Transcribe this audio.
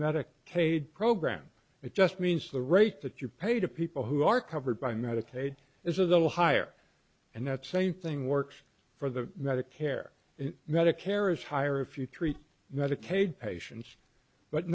medicaid program it just means the rate that you pay to people who are covered by medicaid is of the higher and that same thing works for the medicare and medicare is higher if you treat medicaid patients but